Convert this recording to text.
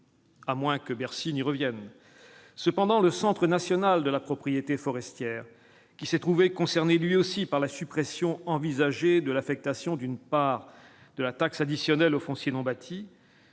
à moins que Bercy n'y revienne, cependant, le Centre national de la propriété forestière qui s'est trouvé concerné lui aussi par la suppression envisagée de l'affectation d'une part de la taxe additionnelle au foncier non bâti.